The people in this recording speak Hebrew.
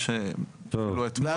לא אתמול,